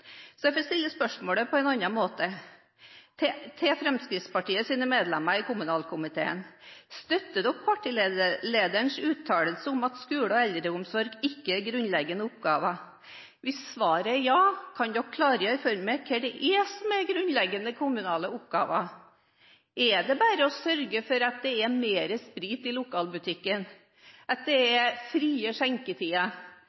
Jeg får stille spørsmålet til Fremskrittspartiets medlemmer i kommunalkomiteen på en annen måte: Støtter dere partilederens uttalelse, at skole og eldreomsorg ikke er grunnleggende oppgaver? Hvis svaret er ja, kan dere klargjøre for meg hva som er grunnleggende kommunale oppgaver? Er det bare å sørge for at det er mer sprit i lokalbutikken, at det